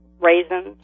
raisins